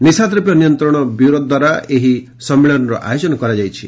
ନିଶାଦ୍ରବ୍ୟ ନିୟନ୍ତ୍ରଣ ବ୍ୟୁରୋ ଦ୍ୱାରା ଏହି ସମ୍ମିଳନୀର ଆୟୋଜନ କରାଯାଇଛି